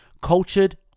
cultured